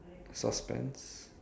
suspense